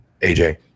AJ